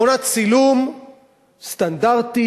מכונת צילום סטנדרטית